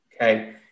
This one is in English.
Okay